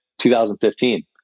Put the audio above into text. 2015